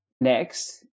next